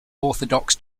orthodox